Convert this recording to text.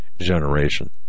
Generation